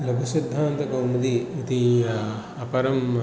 लघुसिद्धान्तकौमुदी इति अपरः